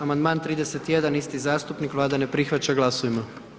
Amandman 31, isti zastupnik, Vlada ne prihvaća, glasujmo.